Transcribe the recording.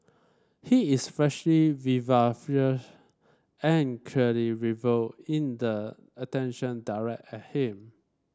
he is flashy vivacious and clearly revel in the attention directed at him